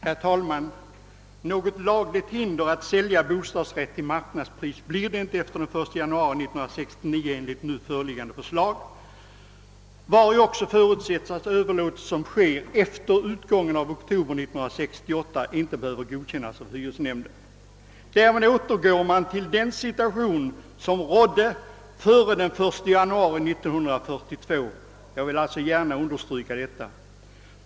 Herr talman! Något lagligt hinder att sälja bostadsrätt till marknadspris blir det inte efter den 1 januari 1969 enligt nu föreliggande förslag, vari också förutsättes att överlåtelse som sker efter utgången av oktober 1968 inte behöver godkännas av hyresnämnden. Därmed återgår man till den situation som rådde före den 1 januari 1942. Jag vill understryka detta.